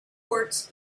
courts